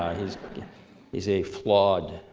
he's yeah he's a flawed.